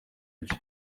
byo